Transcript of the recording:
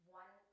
one